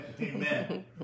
Amen